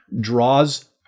draws